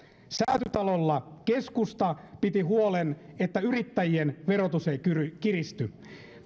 säätytalolla keskusta piti huolen että yrittäjien verotus ei kiristy